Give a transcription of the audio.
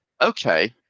Okay